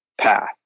path